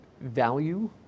value